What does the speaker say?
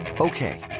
Okay